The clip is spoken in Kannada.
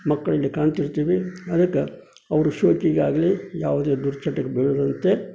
ಮಕ್ಕಳಲ್ಲಿ ಕಾಣ್ತಿರ್ತೀವಿ ಅದಕ್ಕೆ ಅವರು ಶೋಕಿಗಾಗಲೀ ಯಾವುದೇ ದುಶ್ಚಟಕ್ಕೆ ಬೀಳದಂತೆ